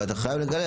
ואתה חייב למלא.